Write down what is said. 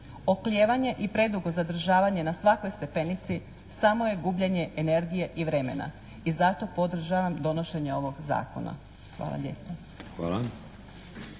Oklijevanje i predugo zadržavanje na svakoj stepenici samo je gubljenje energije i vremena. I zato podržavam donošenje ovog zakona. Hvala lijepa.